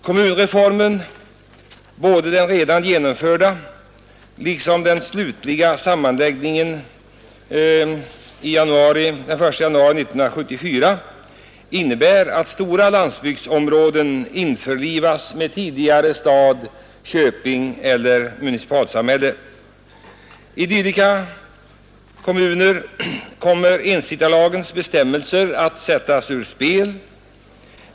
Kommunreformen, både den redan genomförda och den slutliga sammanläggningen den 1 januari 1974, innebär att stora landsbygdsområden införlivas med tidigare stad, köping eller municipalsamhälle. I dylika kommuner kommer ensittarlagens bestämmelser att sättas ur spel.